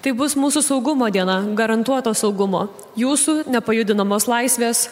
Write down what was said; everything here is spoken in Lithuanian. tai bus mūsų saugumo diena garantuoto saugumo jūsų nepajudinamos laisvės